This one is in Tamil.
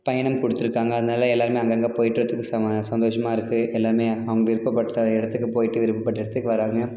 பயணம் கொடுத்துருக்காங்க அதனால் எல்லோருமே அங்கங்கே போயிட்டு வர்றதுக்கு சம சந்தோஷமாக இருக்குது எல்லாமே அவங்க விருப்பப்பட்ட இடத்துக்கு போயிட்டு விருப்பப்பட்ட இடத்துக்கு வர்றாங்க